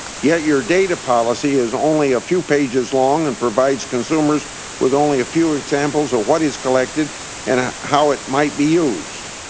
yet your data policy is only a few pages long and provides consumers with only a few examples of what is collected and an how it might be used.